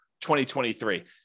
2023